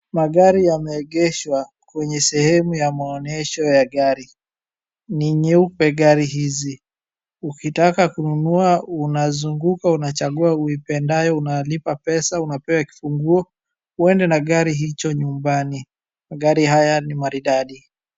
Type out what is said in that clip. Magari yameegeshwa kwenye sehemu ya maonyesho ya gari. Ni nyeupe gari hizi. Ukitaka kununua unazunguka unachagua uipendayo unalipa pesa, unapewa kifunguo uende na gari hicho nyumbani. Magari haya ni maridadi.